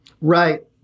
Right